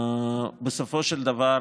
בסופו של דבר